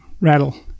Rattle